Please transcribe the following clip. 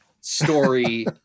story